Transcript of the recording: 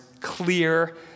clear